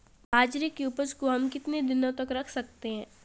बाजरे की उपज को हम कितने दिनों तक रख सकते हैं?